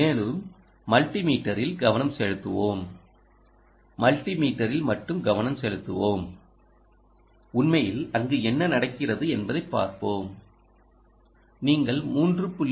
மேலும் மல்டி மீட்டரில் கவனம் செலுத்துவோம் மல்டி மீட்டரில் மட்டும் கவனம் செலுத்துவோம் உண்மையில் அங்கு என்ன நடக்கிறது என்பதைப் பார்ப்போம் நீங்கள் 3